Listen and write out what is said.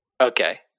Okay